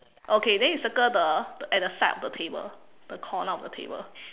okay then you circle the at the side of the table the corner of the table